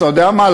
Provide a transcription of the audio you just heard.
אתה יודע מה,